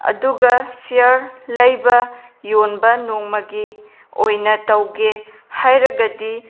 ꯑꯗꯨꯒ ꯁꯤꯌꯥꯔ ꯂꯩꯕ ꯌꯣꯟꯕ ꯅꯣꯡꯃꯒꯤ ꯑꯣꯏꯅ ꯇꯧꯒꯦ ꯍꯥꯏꯔꯒꯗꯤ